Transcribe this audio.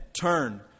Turn